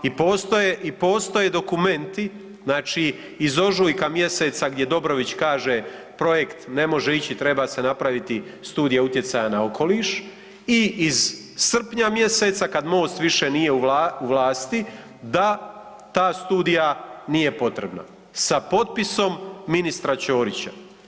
I postoje dokumenti iz ožujka mjeseca gdje Dobrović kaže projekt ne može ići treba se napraviti studija utjecaja na okoliš i iz srpnja mjeseca kada Most više nije u vlasti da ta studija nije potrebna sa potpisom ministra Ćorića.